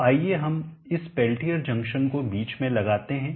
तो आइए हम इस पेल्टियर जंक्शन को बीच में लगाते हैं